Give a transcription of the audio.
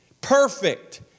perfect